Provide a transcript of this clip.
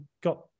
got